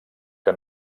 que